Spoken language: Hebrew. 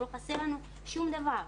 לא חסר לנו שום דבר.